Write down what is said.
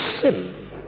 sin